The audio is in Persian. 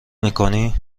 میکنی